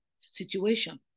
situation